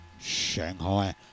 shanghai